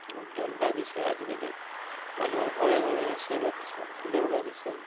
উদ্যান বাগিচা আজিকালি মানুহৰ ঘৰে ঘৰে হৈছে বাগিচা ফুলৰ বাগিচা